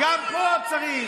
גם פה צריך.